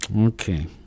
Okay